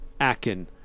Akin